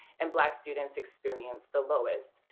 and black students experience the lowest.